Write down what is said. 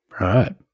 Right